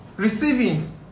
Receiving